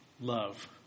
love